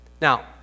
Now